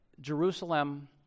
Jerusalem